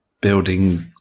Building